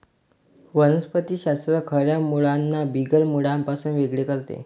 वनस्पति शास्त्र खऱ्या मुळांना बिगर मुळांपासून वेगळे करते